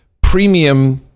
premium